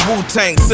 Wu-Tang